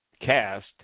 cast